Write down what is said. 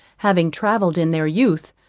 having travelled in their youth,